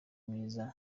myiza